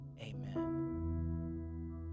amen